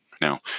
Now